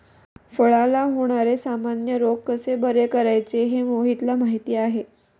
फळांला होणारे सामान्य रोग कसे बरे करायचे हे मोहितला माहीती आहे